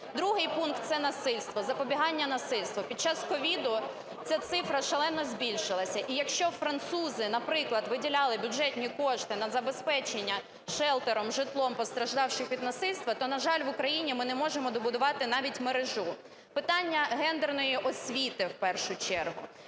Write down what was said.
Другий пункт – це насильство, запобігання насильства. Під час COVID ця цифра шалено збільшилася. І якщо французи, наприклад, виділяли бюджетні кошти на забезпечення шелтером, житлом постраждалих від насильства, то, на жаль, в Україні ми не можемо добудувати навіть мережу. Питання гендерної освіти, в першу чергу.